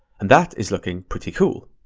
and that is looking pretty cool.